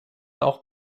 auch